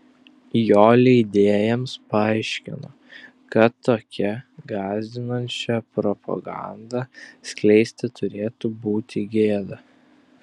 jo leidėjams paaiškino kad tokią gąsdinančią propagandą skleisti turėtų būti gėda